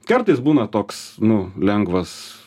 kartais būna toks nu lengvas